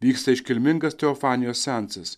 vyksta iškilmingas teofanijos seansas